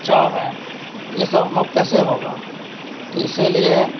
جو ہے یہ سب ہم کو کیسے ہوگا تو اِسی لیے